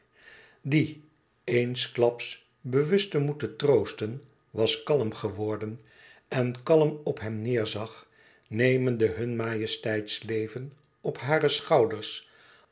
die eensklaps bewust te moeten troosten was kalm geworden en kalm op hem neêrzag nemende hun majesteitsleven op hare schouders